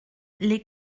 les